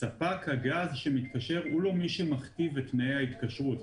ספק הגז שמתקשר הוא לא מי שמכתיב את תנאי ההתקשרות.